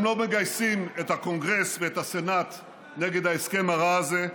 הם לא מגייסים את הקונגרס ואת הסנאט נגד ההסכם הרע הזה.